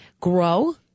Grow